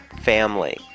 family